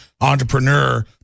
entrepreneur